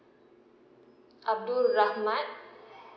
abdul rahmat